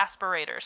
aspirators